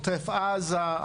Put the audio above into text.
עוטף עזה,